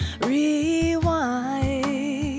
rewind